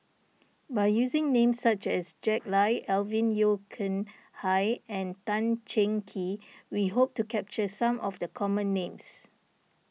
by using names such as Jack Lai Alvin Yeo Khirn Hai and Tan Cheng Kee we hope to capture some of the common names